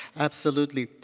absolutely.